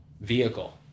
vehicle